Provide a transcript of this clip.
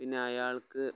പിന്നെ അയാൾക്ക്